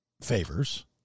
favors